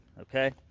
Okay